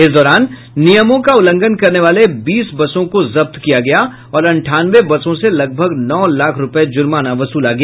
इस दौरान नियमों का उल्लंघन करने वाले बीस बसों को जब्त किया गया और अंठानवे बसों से लगभग नौ लाख रूपये जुर्माना वसूला गया